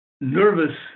nervous